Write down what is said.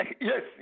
yes